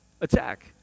attack